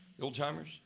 Old-timers